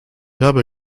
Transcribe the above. habe